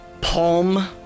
palm